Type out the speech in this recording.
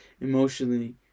emotionally